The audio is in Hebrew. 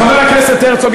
חבר הכנסת הרצוג,